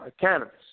cannabis